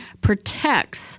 protects